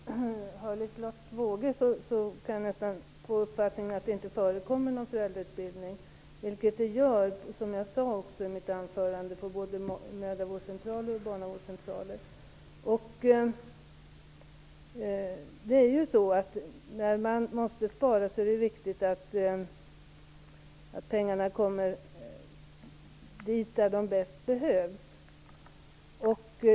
Fru talman! När man hör Liselotte Wågö kan man nästan få uppfattningen att det inte förekommer någon föräldrautbildning. Men det gör det på både mödraoch barnavårdscentraler, som jag sade i mitt anförande. När man måste spara är det viktigt att se till att pengarna kommer dit där de bäst behövs.